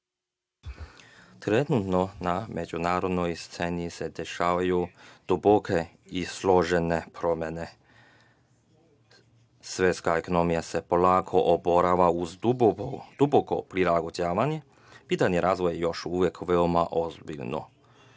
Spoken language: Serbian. trenutno na međunarodnoj sceni se dešavaju duboke i složene promene. Svetska ekonomija se polako oporavlja uz duboko prilagođavanje. Pitanje razvoja još uvek je veoma ozbiljno.